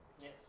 Yes